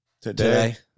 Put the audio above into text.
Today